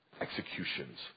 executions